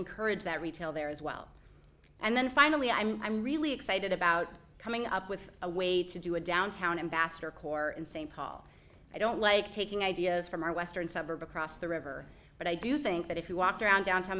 encourage that retail there as well and then finally i'm i'm really excited about coming up with a way to do a downtown ambassador core in st paul i don't like taking ideas from our western suburb across the river but i do think that if you walk around downtown